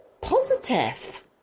positive